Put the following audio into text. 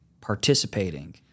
participating